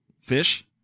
fish